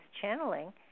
channeling